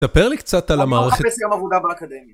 ספר לי קצת על המערכת. אני לא מחפש גם עבודה באקדמיה.